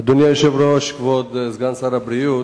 אדוני היושב-ראש, כבוד סגן שר הבריאות,